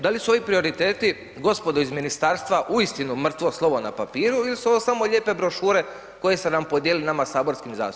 Da li su ovi prioriteti gospodo iz ministarstva uistinu mrtvo slovo na papiru ili su ovo samo lijepe brošure koje ste podijelili nama saborskim zastupnicima?